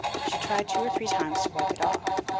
she tried two or three times to wipe it off,